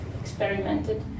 experimented